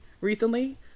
recently